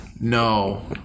No